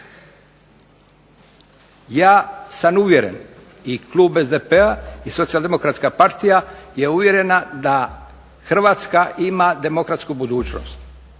Ja sam uvjeren i klub SDP-a i Socijal-demokratska partija je uvjerena da Hrvatska ima demokratsku budućnost,